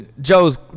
Joe's